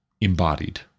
embodied